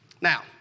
Now